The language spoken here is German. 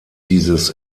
dieses